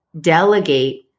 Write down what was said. delegate